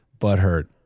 butthurt